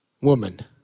woman